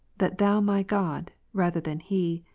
that thou my god, rather than he,